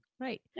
Right